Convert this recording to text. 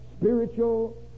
spiritual